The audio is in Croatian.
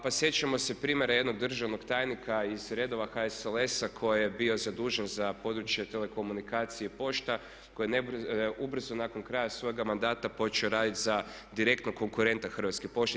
Pa sjećamo se primjera jednog državnog tajnika iz redova HSLS-a koji je bio zadužen za područje telekomunikacije i pošta koji je ubrzo nakon kraja svoga mandata počeo raditi za direktnog konkurenta Hrvatskoj pošti.